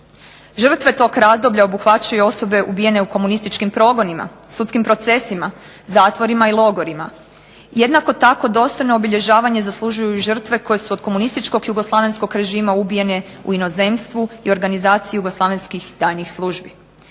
Žrtve tog razdoblja obuhvaćaju osobe ubijene u komunističkim progonima, sudskim procesima, zatvorima i logorima. Jednako tako dostojno obilježavanje zaslužuju i žrtve koje su od komunističkog jugoslavenskog režima ubijene u inozemstvu i organizaciji jugoslavenskih tajnih službi.